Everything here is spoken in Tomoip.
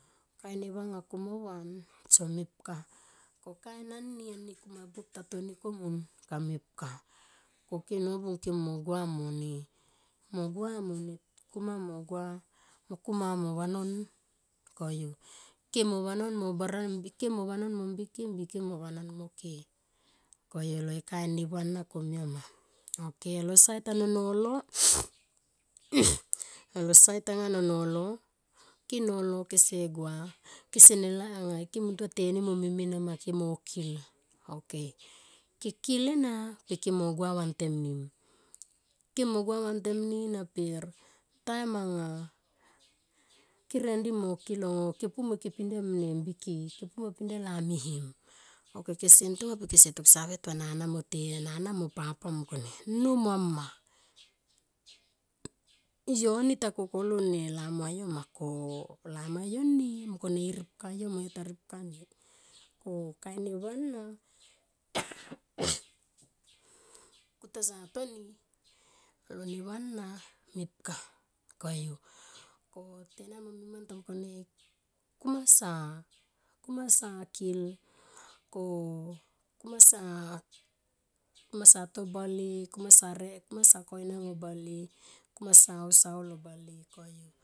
Kain neva anga kumavan son mepka ko kain ani, ani kumabuop ta toni komun kamepka koke nobung ke mo gua mone mo gua mone kuma mo gua mo kuma mo vanon koyu. Kemo vanon mo bara kemo vanon mo mbike mo vanon me ke koyu alo ne kain neva na komia nama. Ok alo sait ano nolo anga lo sait anga no nolo ke nolo kese gua kesene laik anga ke mungtua tenim mo mimem enama kemo kil. Ok ke kil ena pe kemo gua vantem nim. Kemo gua vantem ni per taim anga ke rendi mo kil o kepu mo ke pindia ne mbike ke pu me pidia lamihem ok kese ntonga mo kese toksave to nana mo tenam nana mo papa munkone nou mo a mma yoni ta kokolo ne lamihua ma ko lamhua ni mungkone i ripkayo mo yo ta ripkani ko kain neva ana. kata sa toni alo neva na mepka koyu ko tenan mo niman mungkone kuma sa kil ko kumasa, kumasa to bale kumasa re kumasa koinango bale kumasa ho sa ho lo bale koyu.